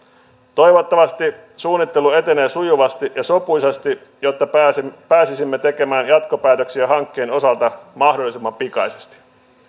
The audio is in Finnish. toivottavasti suunnittelu etenee sujuvasti ja sopuisasti jotta pääsisimme tekemään jatkopäätöksiä hankkeen osalta mahdollisimman pikaisesti